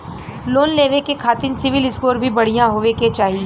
Loan लेवे के खातिन सिविल स्कोर भी बढ़िया होवें के चाही?